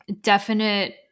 definite